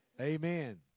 amen